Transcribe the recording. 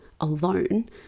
alone